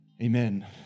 Amen